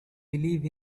believe